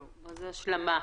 מה זה השלמה?